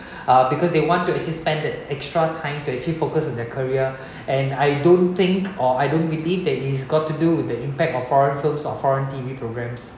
uh because they want to actually spend the extra time to actually focus on their career and I don't think or I don't believe that it's got to do the impact of foreign films or foreign T_V programmes